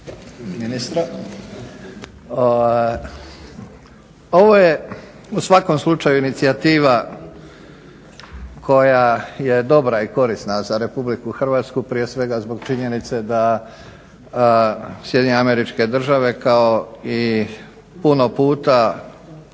ministra. Ovo je u svakom slučaju inicijativa koja je dobra i korisna za Republiku Hrvatsku, prije svega zbog činjenice da SAD kao i puno puta